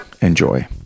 Enjoy